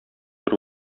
бер